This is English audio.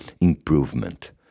improvement